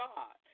God